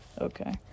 Okay